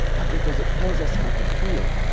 but because it tells us how to heal.